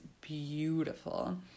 beautiful